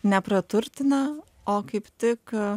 nepraturtina o kaip tik